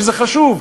שזה חשוב,